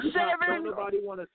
seven